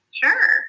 sure